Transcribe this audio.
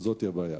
וזאת הבעיה.